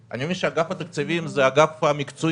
אני מבין שאגף התקציבים זה האגף המקצועי,